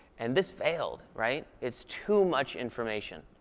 and this failed. right? it's too much information.